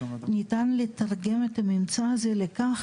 ניתן לתרגם את הממצא הזה לכך,